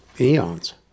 eons